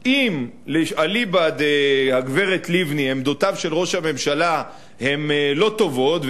אם אליבא דגברת לבני עמדותיו של ראש הממשלה הן לא טובות,